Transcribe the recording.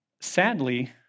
sadly